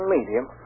Medium